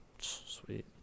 Sweet